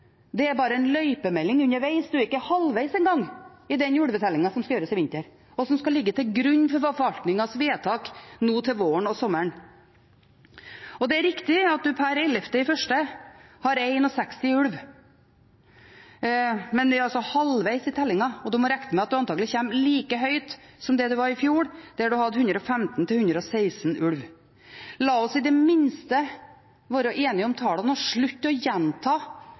halvveis i den ulvetellingen som skal foretas i vinter, og som skal ligge til grunn for forvaltningens vedtak til våren og sommeren. Det er riktig at man per 11. januar har 61 ulver, men det er altså halvveis i tellingen, og du må regne med at du antakeligvis kommer like høyt som i fjor, da du hadde 115–116 ulver. La oss i det minste være enige om tallene og slutte å gjenta